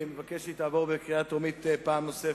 אני מבקש שהיא תעבור בקריאה טרומית פעם נוספת.